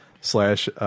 slash